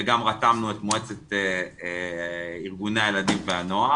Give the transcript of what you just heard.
וגם רתמנו את מועצת ארגוני הילדים והנוער.